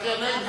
צחי הנגבי.